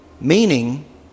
Meaning